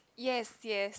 yes yes